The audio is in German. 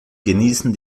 genießen